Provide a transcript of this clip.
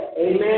Amen